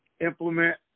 implement